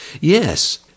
Yes